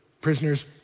prisoners